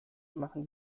machen